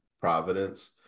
Providence